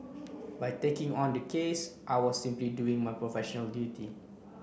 by taking on the case I was simply doing my professional duty